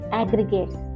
aggregates